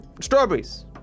strawberries